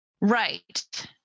Right